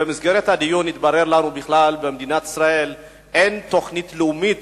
בדיון התברר לנו שבמדינת ישראל אין תוכנית לאומית